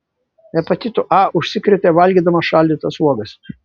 hepatitu a užsikrėtė valgydama šaldytas uogas